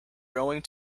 going